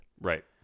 Right